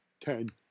Ten